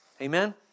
Amen